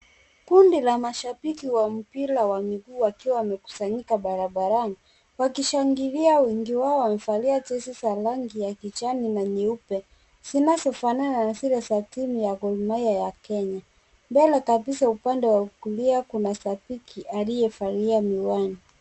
Kundi la mashabiki wa mpira wa miguu wakiwa wamekusanyika pamoja barabarani wakishangilia wengi wao wamevalia jezi za rangi ya kijani na nyeupe zinazofanana na zile za gor mahia ya timu ya kenya. Mbele kabisa upande wa kulia kuna shabiki aliyevalia miwani.